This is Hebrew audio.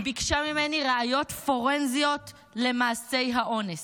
היא ביקשה ממני ראיות פורנזיות למעשי האונס,